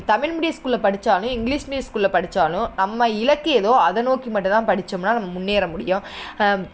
Tamil medium ஸ்கூலில் படித்தாலும் English medium ஸ்கூலில் படித்தாலும் நம்ம இலக்கு எதோ அதை நோக்கி மட்டும்தான் படித்தோமுன்னா நம்ம முன்னேற முடியும்